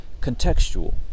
contextual